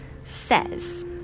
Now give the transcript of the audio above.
says